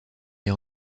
les